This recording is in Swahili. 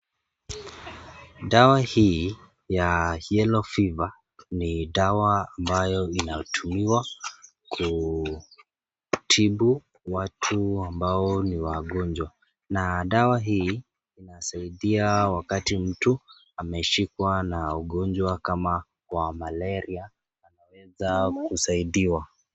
Dawa hii ya yellow fever ni dawa ambayo inatumiwa kutibu watu ambao ni wagonjwa na dawa hii inasaidia wakati mtu ameshikwa na ugonjwa kama wa Malaria anaweza kusaidiwa.